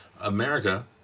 America